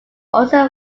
also